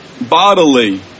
bodily